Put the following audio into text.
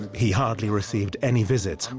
he hardly received any visits, and